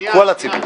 כל הציבור.